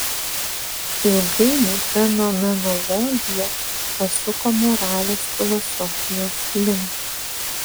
ilgainiui fenomenologija pasuko moralės filosofijos link